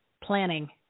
planning